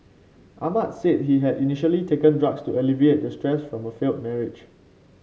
Ahmad said he had initially taken drugs to alleviate the stress from a failed marriage